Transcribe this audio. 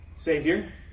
Savior